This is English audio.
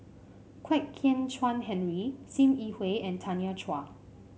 Kwek Hian Chuan Henry Sim Yi Hui and Tanya Chua